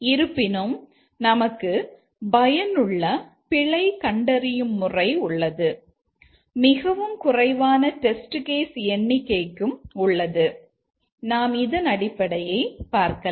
இருப்பினும் நமக்கு பயனுள்ள பிழை கண்டறியும் முறை உள்ளது மிகவும் குறைவான டெஸ்ட் கேஸ் எண்ணிக்கைக்கும் உள்ளது நாம் இதன் அடிப்படையை பார்க்கலாம்